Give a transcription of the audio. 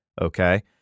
Okay